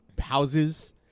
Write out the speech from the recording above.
houses